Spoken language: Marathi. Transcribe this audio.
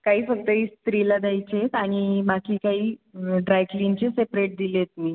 काही फक्त इस्त्री ला द्यायचेत आणि बाकी काही ड्रायक्लिनचे सेप्रेट दिलेत मी